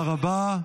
תודה רבה.